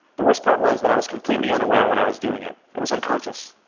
the worst part was that i was completely unaware when i was doing it. it was unconscious.